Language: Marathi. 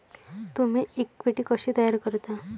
तुम्ही इक्विटी कशी तयार करता?